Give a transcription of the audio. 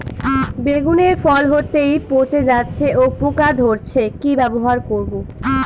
বেগুনের ফল হতেই পচে যাচ্ছে ও পোকা ধরছে কি ব্যবহার করব?